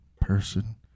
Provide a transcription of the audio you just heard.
person